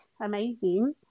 amazing